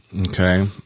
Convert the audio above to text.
Okay